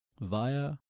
via